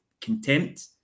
contempt